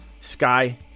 Sky